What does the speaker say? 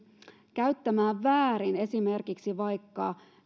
käyttämään väärin esimerkiksi